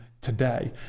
today